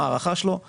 ההארכה שלו היא